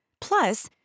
Plus